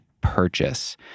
purchase